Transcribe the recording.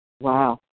Wow